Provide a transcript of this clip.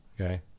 okay